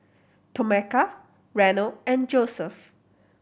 Tomeka Reno and Joeseph